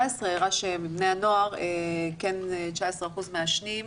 שבבני הנוער 19% מעשנים.